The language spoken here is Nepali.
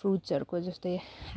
फ्रुटसहरूको जस्तै